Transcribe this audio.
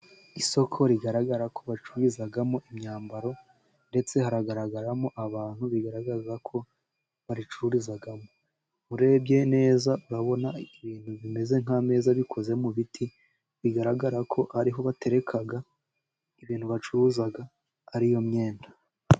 Isoko rigaragara ko bacururizamo imyambaro ndetse haragaragaramo abantu bigaragaza ko baricururizamo. Urebye neza, urabona ibintu bimeze nk'ameza bikoze mu biti bigaragara ko ariho batereka ibintu bacuruza ariyo myenda.